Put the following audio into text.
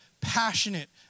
passionate